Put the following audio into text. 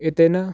एतेन